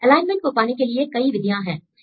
alignment को पाने के लिए कई विधियां है हैं